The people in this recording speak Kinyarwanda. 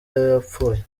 yapfuye